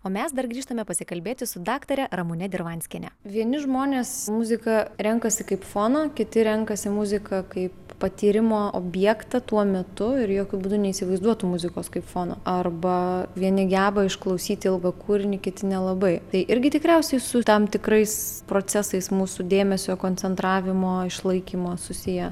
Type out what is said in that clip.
o mes dar grįžtame pasikalbėti su daktare ramune dirvanskiene vieni žmonės muziką renkasi kaip foną kiti renkasi muziką kaip patyrimo objektą tuo metu ir jokiu būdu neįsivaizduotų muzikos kaip fono arba vieni geba išklausyti ilgą kūrinį kiti nelabai tai irgi tikriausiai su tam tikrais procesais mūsų dėmesio koncentravimo išlaikymo susiję